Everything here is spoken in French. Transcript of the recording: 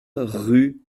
rue